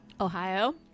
Ohio